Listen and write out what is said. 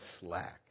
slack